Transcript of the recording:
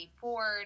Ford